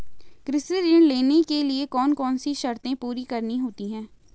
कृषि ऋण लेने के लिए कौन कौन सी शर्तें पूरी करनी होती हैं?